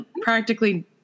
practically